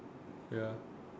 ya